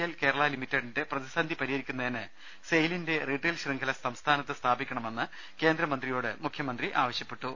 L Kerala ലിമിറ്റഡിന്റെ പ്രതിസന്ധി പരിഹരിക്കുന്നതിന് സെയിലിന്റെ റീട്ടെയിൽ ശൃംഖല സംസ്ഥാനത്ത് സ്ഥാപിക്കണ മെന്ന് കേന്ദ്രമന്ത്രിയോട് മുഖ്യമന്ത്രി ആവശ്യപ്പെട്ടു